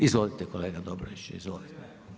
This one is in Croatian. Izvolite kolega Dobrović, izvolite.